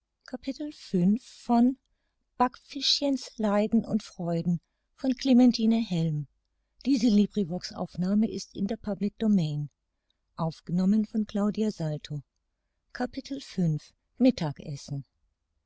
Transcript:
backfischchen's leiden und freuden by clementine